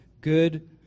good